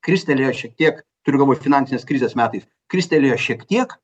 kristelėjo šiek tiek turiu galvoj finansinės krizės metais kristelėjo šiek tiek